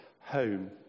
home